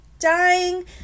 Dying